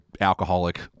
alcoholic